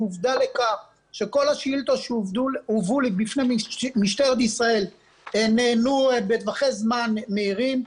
ועובדה שכל השאילתות שהובאו בפני משטרת ישראל נענו בטווחי זמן מהירים.